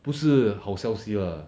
不是好消息啦